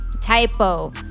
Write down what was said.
Typo